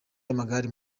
y’amagare